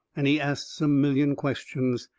and he asts a million questions.